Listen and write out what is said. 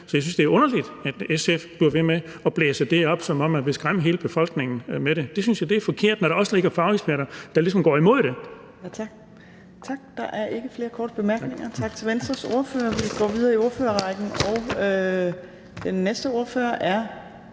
Så jeg synes, det er underligt, at SF bliver ved med at blæse det op, som om man vil skræmme hele befolkningen med det. Det synes jeg er forkert, når der også er fageksperter, der ligesom går imod det. Kl. 20:20 Fjerde næstformand (Trine Torp): Der er ikke flere korte bemærkninger, så vi siger tak til Venstres ordfører. Vi går videre i ordførerrækken, og den næste ordfører er